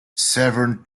severn